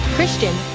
Christian